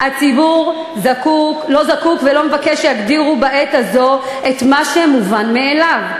הציבור לא זקוק ולא מבקש שיגדירו בעת הזו את מה שמובן מאליו.